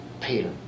Peter